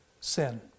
Sin